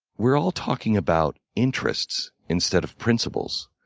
we're all talking about interests instead of principles.